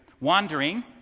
Wandering